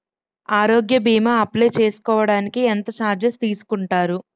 ఆరోగ్య భీమా అప్లయ్ చేసుకోడానికి ఎంత చార్జెస్ తీసుకుంటారు?